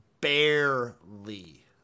Barely